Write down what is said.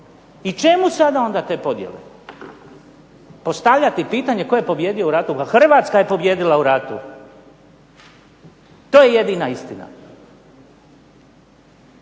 I čemu sada onda te podjele? Postavljati pitanje tko je pobijedio u ratu. Pa Hrvatska je pobijedila u ratu. To je jedina istina.